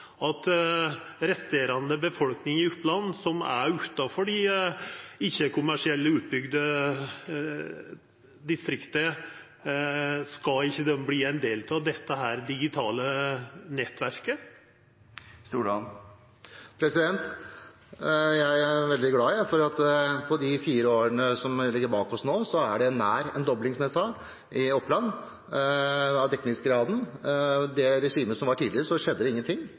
den resterande befolkninga i Oppland, som er utanfor dei kommersielle og utbygde distrikta, ikkje skal få verta ein del av dette digitale nettverket? Jeg er veldig glad for at det i løpet av de fire årene som ligger bak oss nå, har skjedd nær en dobling av dekningsgraden i Oppland, som jeg sa. Under det regimet som var tidligere, skjedde det